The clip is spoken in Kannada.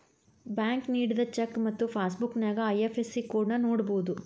ಬ್ಯಾಂಕ್ ನೇಡಿದ ಚೆಕ್ ಮತ್ತ ಪಾಸ್ಬುಕ್ ನ್ಯಾಯ ಐ.ಎಫ್.ಎಸ್.ಸಿ ಕೋಡ್ನ ನೋಡಬೋದು